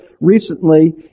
recently